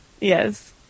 Yes